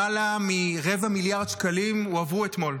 למעלה מרבע מיליארד שקלים הועברו אתמול.